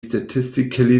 statistically